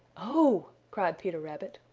oh, cried peter rabbit,